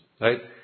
right